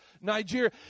Nigeria